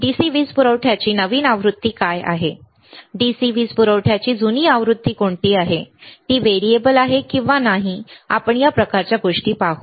DC वीज पुरवठ्याची नवीन आवृत्ती काय आहे DC वीज पुरवठ्याची जुनी आवृत्ती कोणती आहे ती व्हेरिएबल आहे किंवा नाही आपण या प्रकारच्या गोष्टी पाहू